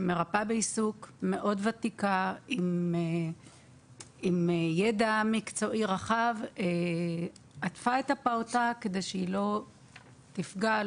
מרפאה בעיסוק ותיקה עם ידע מקצועי רחב עטפה את הפעוטה כדי שהיא לא תפגע,